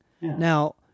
Now